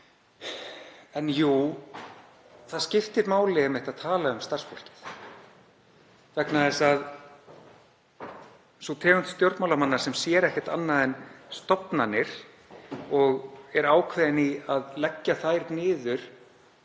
En jú, það skiptir einmitt máli að tala um starfsfólkið vegna þess að sú tegund stjórnmálamanna sem sér ekkert annað en stofnanir og er ákveðin í að leggja þær niður